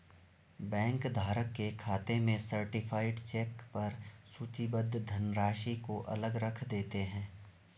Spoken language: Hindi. बैंक धारक के खाते में सर्टीफाइड चेक पर सूचीबद्ध धनराशि को अलग रख देते हैं